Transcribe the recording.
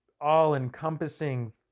all-encompassing